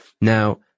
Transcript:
Now